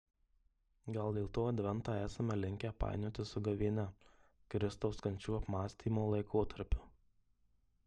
gal dėl to adventą esame linkę painioti su gavėnia kristaus kančių apmąstymo laikotarpiu